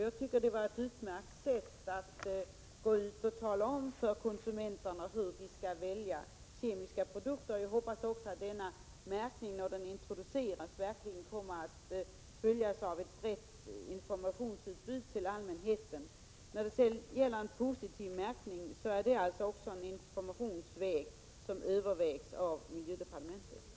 Jag tycker att detta är ett utmärkt sätt att tala om för konsumenterna hur de bör välja kemiska produkter. Jag hoppas att denna märkning när den introduceras kommer att åtföljas av en bred information till allmänheten. Även en positiv märkning är en sak som övervägs inom miljödepartementet.